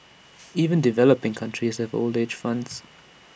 even developing countries have old age funds